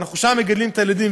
אנחנו מגדלים שם את הילדים,